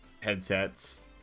headsets